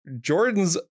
Jordan's